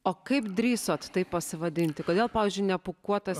o kaip drįsot taip pasivadinti kodėl pavyzdžiui ne pūkuotas